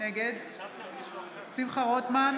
נגד שמחה רוטמן,